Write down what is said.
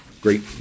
great